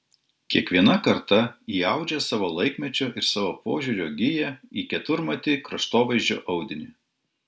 kiekviena karta įaudžia savo laikmečio ir savo požiūrio giją į keturmatį kraštovaizdžio audinį